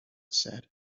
said